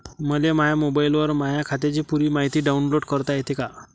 मले माह्या मोबाईलवर माह्या खात्याची पुरी मायती डाऊनलोड करता येते का?